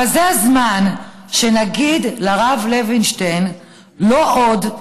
אבל זה הזמן שנגיד לרב לוינשטיין: לא עוד.